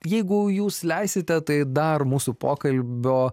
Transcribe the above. jeigu jūs leisite tai dar mūsų pokalbio